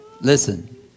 Listen